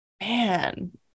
Man